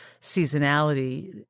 seasonality